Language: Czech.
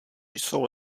jsou